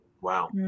wow